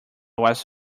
was